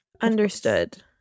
understood